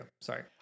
Sorry